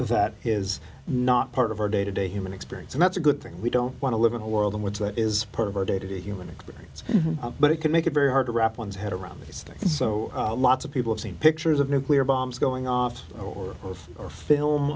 that is not part of our day to day human experience and that's a good thing we don't want to live in a world in which that is part of our day to day human experience but it can make it very hard to wrap one's head around these things so lots of people have seen pictures of nuclear bombs going off or both or film